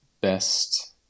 best